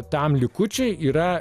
tam likučiai yra